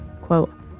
Quote